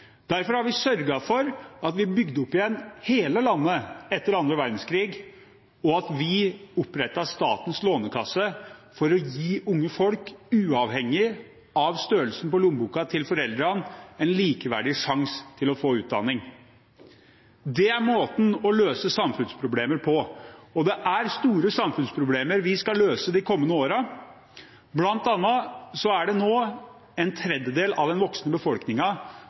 Derfor har vi sørget for at vi bygde opp igjen hele landet etter annen verdenskrig, og at vi opprettet Statens Lånekasse for å gi unge folk, uavhengig av størrelsen på lommeboken til foreldrene, en likeverdig sjanse til å få utdanning. Det er måten å løse samfunnsproblemer på, og det er store samfunnsproblemer vi skal løse de kommende årene. Blant annet er det nå en tredjedel av den voksne